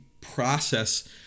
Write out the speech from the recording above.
process